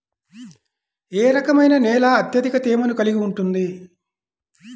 ఏ రకమైన నేల అత్యధిక తేమను కలిగి ఉంటుంది?